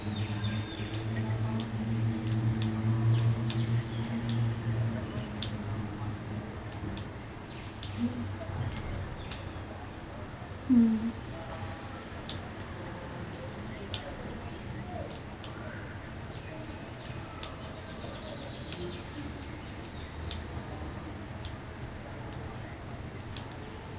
mm